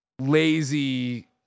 lazy